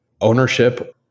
ownership